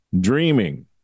dreaming